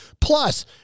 plus